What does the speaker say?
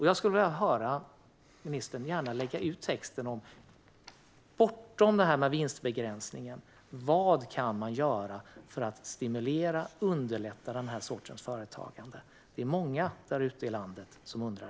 Jag skulle vilja höra ministern lägga ut texten om bortom detta med vinstbegränsning, vad man kan göra för att stimulera och underlätta för den här sortens företag. Det är många där ute i landet som undrar.